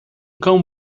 cão